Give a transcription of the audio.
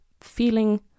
feeling